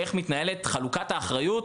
איך מתנהלת חלוקת האחריות